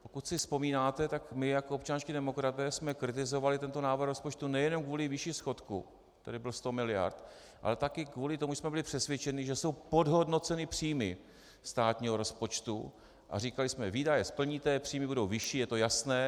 Pokud si vzpomínáte, tak my jako občanští demokraté jsme kritizovali tento návrh rozpočtu nejenom kvůli výši schodku, který byl 100 miliard, ale také kvůli tomu, že jsme byli přesvědčeni, že jsou podhodnoceny příjmy státního rozpočtu a říkali jsme: výdaje splníte, příjmy budou vyšší, je to jasné.